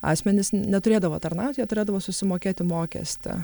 asmenys neturėdavo tarnaut jie turėdavo susimokėti mokestį